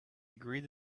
agreed